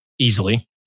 Easily